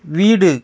வீடு